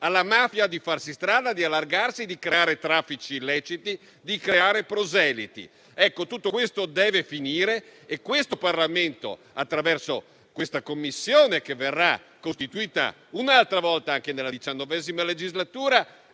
alla mafia di farsi strada, di allargarsi, di creare traffici illeciti, di fare proseliti. Tutto questo deve finire e il Parlamento, attraverso la Commissione che verrà costituita anche nella XIX legislatura,